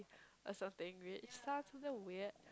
starts with a weird